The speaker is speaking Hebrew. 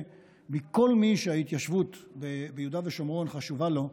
מכל מי שההתיישבות ביהודה ושומרון חשובה לו,